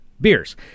beers